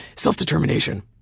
self-determination,